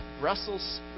Brussels